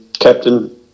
captain